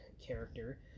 character